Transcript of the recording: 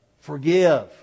forgive